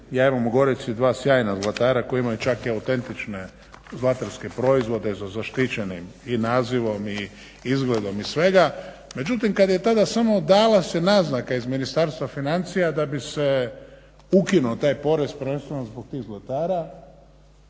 ja imam u Gorici dva sjajna zlatara koji imaju čak i autentične zlatarske proizvode sa zaštićenim i nazivom i izgledom i svega, međutim kada je tada samo dala se naznaka iz Ministarstva financija da bi se ukinuo taj porez prvenstveno zbog tih zlatara,